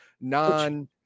non